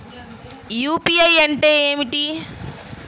UPI అంటే ఏమిటీ?